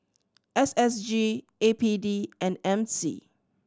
S S G A P D and M C